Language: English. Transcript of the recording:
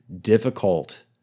difficult